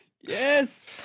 Yes